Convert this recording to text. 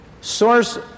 source